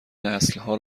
نسلها